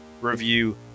review